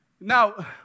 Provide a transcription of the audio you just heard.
Now